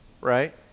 right